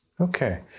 Okay